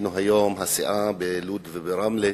היינו היום בלוד וברמלה,